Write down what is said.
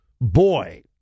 boy